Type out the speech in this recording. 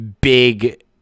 big